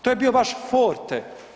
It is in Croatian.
To je bio vaš forte.